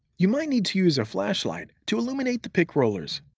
you might need to use a flashlight to illuminate the pick rollers.